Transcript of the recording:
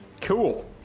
Cool